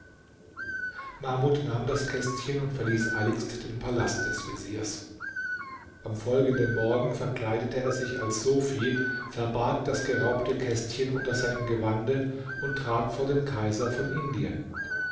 mahmud nahm das kästchen und verließ eiligst den palast des veziers am folgenden morgen verkleidete er sich als sofi verbarg das geraubte kästchen unter seinem gewande und trat vor den kaiser von indien